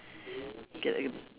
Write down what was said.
get like a